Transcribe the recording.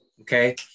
okay